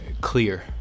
clear